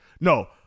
No